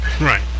right